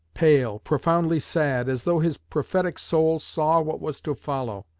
pale, profoundly sad, as though his prophetic soul saw what was to follow.